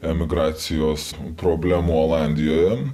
emigracijos problema olandijoje